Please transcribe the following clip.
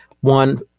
one